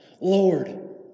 Lord